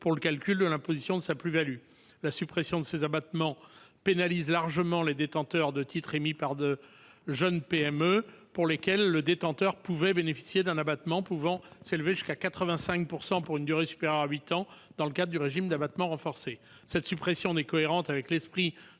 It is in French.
pour le calcul de l'imposition de sa plus-value. La suppression de ces abattements pénalise largement les détenteurs de titres émis par de jeunes PME. En effet, les intéressés pouvaient bénéficier d'un abattement susceptible de s'élever jusqu'à 85 % pour une durée supérieure à huit ans, dans le cadre du régime d'abattement renforcé. Cette suppression n'est pas cohérente avec l'esprit